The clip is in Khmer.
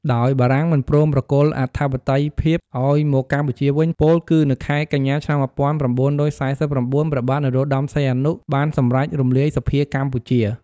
ដោយបារាំងមិនព្រមប្រគល់អធិបតេយ្យភាពឱ្យមកកម្ពុជាវិញ ពោលគឺ នៅខែកញ្ញា ឆ្នាំ ១៩៤៩ ព្រះបាទនរោត្តមសីហនុ បានសំរេចរំលាយសភាកម្ពុជា។